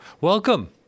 Welcome